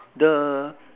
the